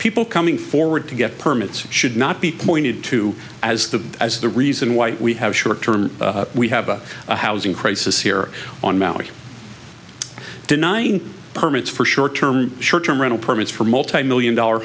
coming forward to get permits should not be pointed to as the as the reason why we have short term we have a housing crisis here on maui denying permits for short term short term rental permits for multimillion dollar